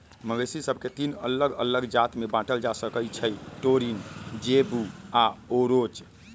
मवेशि सभके तीन अल्लग अल्लग जात में बांटल जा सकइ छै टोरिन, जेबू आऽ ओरोच